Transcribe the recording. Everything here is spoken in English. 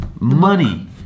money